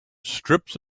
strips